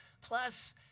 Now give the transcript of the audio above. plus